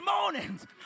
mornings